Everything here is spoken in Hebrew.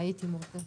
אדוני, תודה רבה.